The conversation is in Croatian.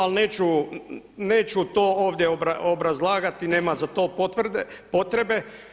Ali neću to ovdje obrazlagati nema za to potrebe.